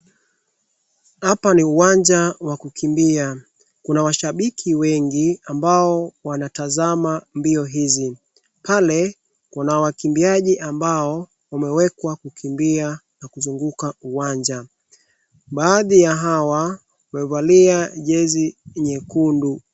Hapa ni uwanja wa kukimbia, kuna washabiki wengi ambao wanatzama mbio hizi. Pale kuna wakimbiaji ambao wamewekwa kukimbia na kuzunguka uwanja. Baadhi ya hawa wamevalia jezi nyekundu.